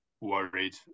worried